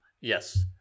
Yes